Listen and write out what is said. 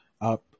up